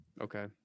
Okay